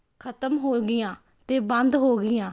ਖਤਮ ਹੋ ਗਈਆਂ ਅਤੇ ਬੰਦ ਹੋ ਗਈਆਂ